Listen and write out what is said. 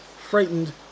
frightened